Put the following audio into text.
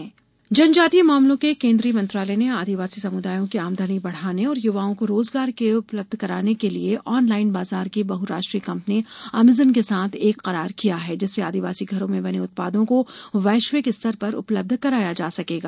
जनजातीय मंत्रालय जनजातीय मामलों के केंद्रीय मंत्रालय ने आदिवासी समुदायों की आदमनी बढ़ाने तथा युवाओं को रोजगार के उपलब्ध कराने के लिए ऑनलाइन बाजार की बहुराष्ट्रीय कंपनी अमेजन के साथ एक करार किया है जिससे आदिवासी घरों में बने उत्पादों को वैश्विक स्तर उपलब्ध कराया जा सकेगा